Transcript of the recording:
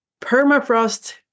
Permafrost